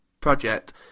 project